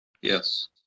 Yes